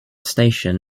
station